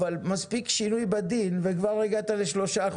אבל מספיק שינוי בדין וכבר הגעת ל-3%.